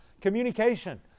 communication